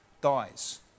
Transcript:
dies